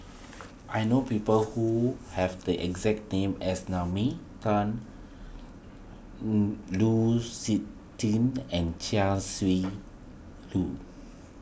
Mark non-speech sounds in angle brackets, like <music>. <noise> I know people who have the exact name as Naomi Tan <unintelligible> Lu Suitin and Chia Shi Lu